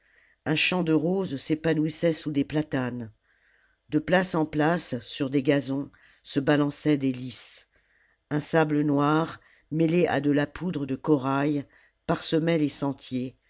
un champ de roses s'épanouissait sous des platanes de place en place sur des gazons se balançaient des hs un sable noir mêlé à de la poudre de corail parsemait les sentiers